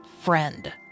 friend